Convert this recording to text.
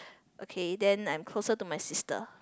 okay then I'm closer to my sister